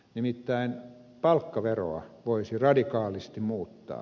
nimittäin palkkaveroa voisi radikaalisti muuttaa